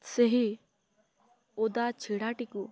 ସେହି ଓଦା ଛିଡ଼ାଟିକୁ